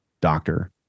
doctor